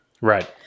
Right